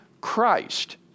Christ